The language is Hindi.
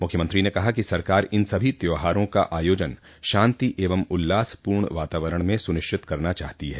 मुख्यमंत्री ने कहा कि सरकार इन सभी त्यौहारों का आयोजन शान्ति एवं उल्लास पूर्ण वातावरण में सुनिश्चित करना चाहती है